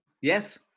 Yes